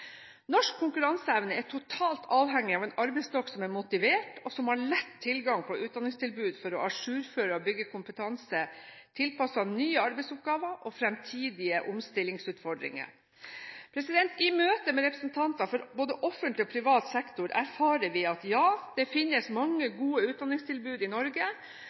Norsk konkurranseevne er totalt avhengig av en arbeidsstokk som er motivert og som har lett tilgang på utdanningstilbud for å ajourføre og bygge kompetanse tilpasset nye arbeidsoppgaver og fremtidige omstillingsutfordringer. I møte med representanter for både offentlig og privat sektor erfarer vi at ja, det finnes mange gode utdanningstilbud i Norge,